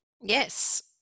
Yes